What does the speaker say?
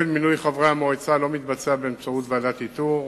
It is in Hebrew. המינוי של חברי המועצה לא מתבצע באמצעות ועדת איתור,